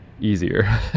easier